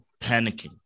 panicking